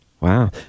Wow